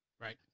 Right